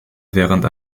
während